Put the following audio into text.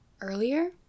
earlier